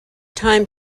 time